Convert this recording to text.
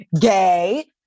gay